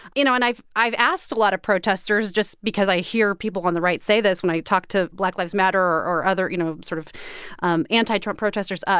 you know, and i've i've asked a lot of protesters just because i hear people on the right say this when i talk to black lives matter or other, you know, sort of um anti-trump protesters, ah